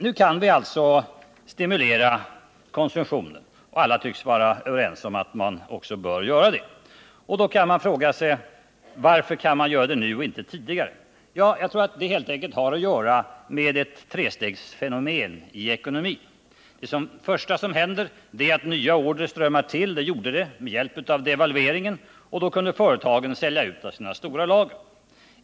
Nu kan vi alltså stimulera konsumtionen — och alla tycks vara överens om att man bör göra det — och då kan man fråga sig: varför kan man göra det nu, då man inte kunde göra det tidigare? Ja, för att det helt enkelt har att göra med ett trestegsfenomen i ekonomin. Det första som händer är att nya order strömmarin. Det skedde med hjälp av devalveringen, och då kunde företagen sälja ut av sina stora lager.